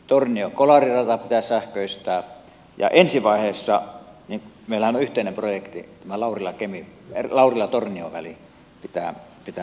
torniokolari rata pitää sähköistää ja ensi vaiheessahan meillä on yhteinen projekti tämä laurilatornio väli johon pitää meidän saada sähkö